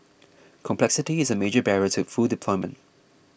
complexity is a major barrier to full deployment